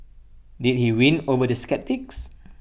did he win over the sceptics